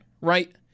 right